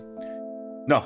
no